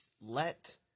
let